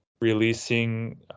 releasing